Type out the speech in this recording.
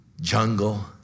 jungle